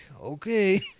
okay